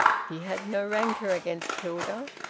he had no rancour against hilda.